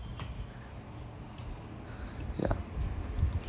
yeah